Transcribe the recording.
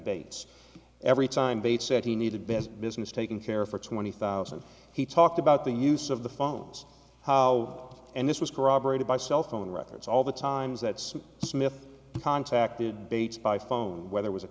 bates every time they said he needed ben's business taken care of for twenty thousand he talked about the use of the phones how and this was corroborated by cell phone records all the times that smith contacted bates by phone where there was a